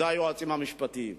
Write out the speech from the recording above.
הם היועצים המשפטיים.